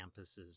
campuses